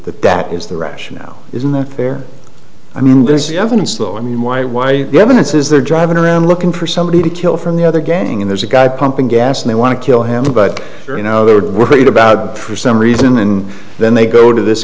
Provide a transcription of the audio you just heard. that that is the rationale isn't that fair i mean there's the evidence though i mean why why the evidence is there driving around looking for somebody to kill from the other gang and there's a guy pumping gas and they want to kill him but you know they would be worried about true some reason and then they go to this